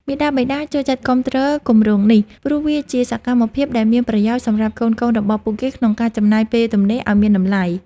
មាតាបិតា ចូលចិត្តគាំទ្រគម្រោងនេះ ព្រោះវាជាសកម្មភាពដែលមានប្រយោជន៍សម្រាប់កូនៗរបស់ពួកគេក្នុងការចំណាយពេលទំនេរឱ្យមានតម្លៃ។